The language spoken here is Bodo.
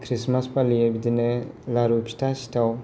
खृष्टमास फालियो बिदिनो लारु फिथा सिथाव